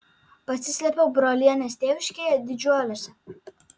pasislėpiau brolienės tėviškėje didžiuliuose